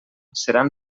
seran